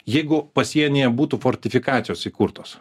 jeigu pasienyje būtų fortifikacijos įkurtos